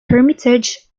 hermitage